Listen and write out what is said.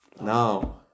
Now